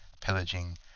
pillaging